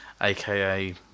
Aka